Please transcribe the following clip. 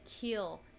kill